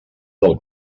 del